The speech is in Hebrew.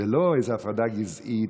זו לא איזו הפרדה גזעית.